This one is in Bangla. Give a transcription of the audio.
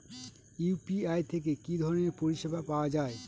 ইউ.পি.আই থেকে কি ধরণের পরিষেবা পাওয়া য়ায়?